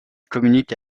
communique